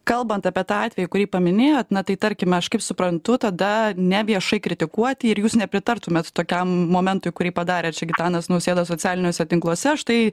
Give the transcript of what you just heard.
kalbant apie tą atvejį kurį paminėjot na tai tarkime aš kaip suprantu tada ne viešai kritikuoti ir jūs nepritartumėt tokiam momentui kurį padarė čia gitanas nausėda socialiniuose tinkluose štai